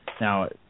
Now